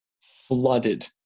flooded